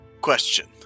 Question